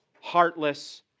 heartless